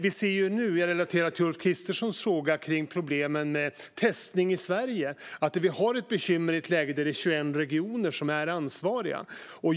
Jag relaterar till Ulf Kristerssons fråga kring problemen med testning i Sverige, att vi har ett bekymmer i ett läge där det är 21 regioner som är ansvariga.